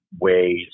ways